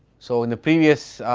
so and the previous